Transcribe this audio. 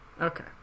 Okay